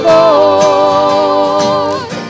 Lord